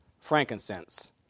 frankincense